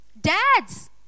Dads